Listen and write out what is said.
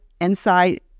inside